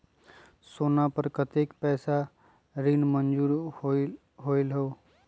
सोना पर कतेक पैसा ऋण मंजूर होलहु?